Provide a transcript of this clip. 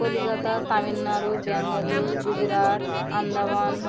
Kolkata Tamil Nadu Bangalore Gujarat Andaman